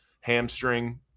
hamstring